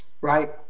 right